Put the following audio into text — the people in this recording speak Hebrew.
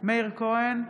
מאיר כהן,